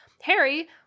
Harry